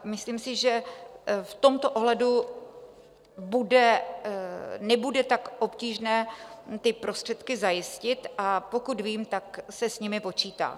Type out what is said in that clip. Myslím si, že v tomto ohledu nebude tak obtížné ty prostředky zajistit, a pokud vím, tak se s nimi počítá.